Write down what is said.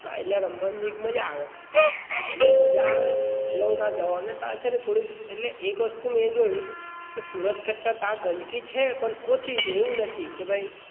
હા એટલે રમવાની જરીક મજા આવે એટલે મજા આવે એટલે હું ત્યાં જવું અને ત્યાં છે ને થોડુંક એટલે એક વસ્તુ મેં એ જોયું કે સુરત કરતાં ત્યાં ગંદકી છે પણ ઓછી છે એવુંય નથી કે ભઈ